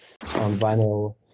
vinyl